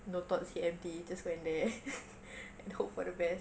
no thoughts head empty just went there and hope for the best